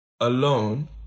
alone